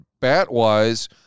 bat-wise